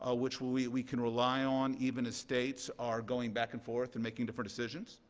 ah which we we can rely on, even as states are going back and forth and making different decisions.